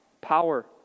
Power